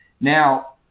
Now